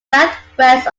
southwest